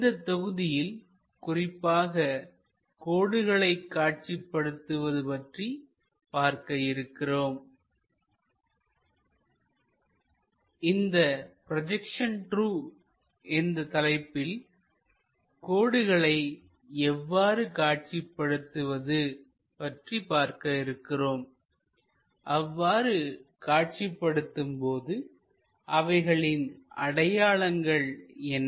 இந்த தொகுதியில் குறிப்பாக கோடுகளை காட்சிப்படுத்துவது பற்றி பார்க்க இருக்கிறோம் 88 இந்த ப்ரொஜெக்ஷன் II என்ற தலைப்பில் கோடுகளை எவ்வாறு காட்சிப்படுத்துவது பற்றி பார்க்க இருக்கிறோம் அவ்வாறு காட்சிப்படுத்தும் போது அவைகளின் அடையாளங்கள் என்ன